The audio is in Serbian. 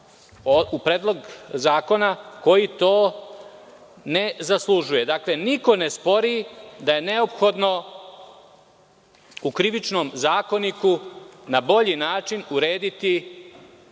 predlog zakon koji to ne zaslužuje. Niko ne spori da je neophodno u Krivičnom zakoniku na bolji način urediti